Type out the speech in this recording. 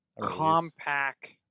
compact